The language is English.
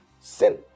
Sin